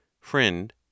FRIEND